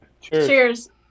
Cheers